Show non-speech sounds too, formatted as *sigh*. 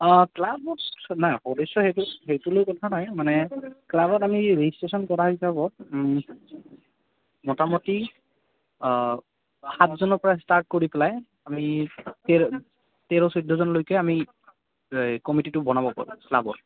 অঁ ক্লাবত নাই সদস্য সেইটো সেইটোলৈ কথা নাই মানে ক্লাবত আমি ৰেজিষ্ট্ৰেশ্যন কৰা হিচাপত মোটামুটি সাতজনৰ পৰা ষ্টাৰ্ট কৰি পেলাই আমি তেৰ তেৰ চৈধ্যজনলৈকে আমি *unintelligible* কমিটিটো বনাব পাৰো ক্লাবৰ